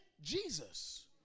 Jesus